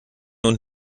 und